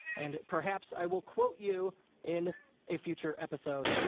and perhaps i will quote you in a future episode.